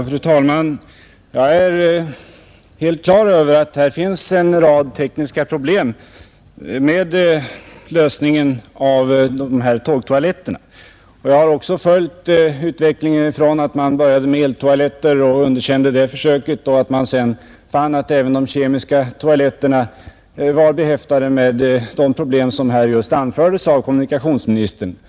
Fru talman! Jag är helt klar över att det finns en rad tekniska problem som sammanhänger med dessa tågtoaletter. Jag har också följt utvecklingen från att man började med eltoaletter och underkände dem för att sedan finna att de kemiska toaletterna var behäftade med de problem som kommunikationsministern anförde.